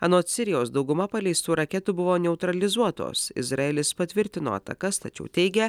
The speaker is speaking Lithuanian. anot sirijos dauguma paleistų raketų buvo neutralizuotos izraelis patvirtino atakas tačiau teigia